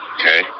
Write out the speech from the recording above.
Okay